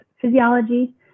physiology